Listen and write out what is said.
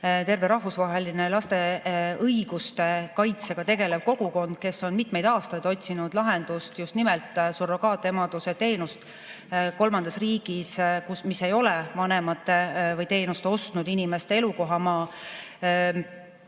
terve rahvusvaheline laste õiguste kaitsega tegelev kogukond, kes on mitmeid aastaid otsinud lahendust just nimelt surrogaatemaduse teenusele mõnes kolmandas riigis, mis ei ole vanemate ehk teenust ostnud inimeste elukohamaa.